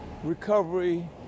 recovery